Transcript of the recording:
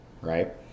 right